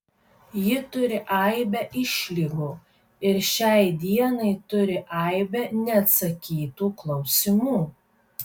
ji turi aibę išlygų ir šiai dienai turi aibę neatsakytų klausimų